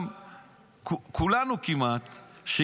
כמעט כולנו,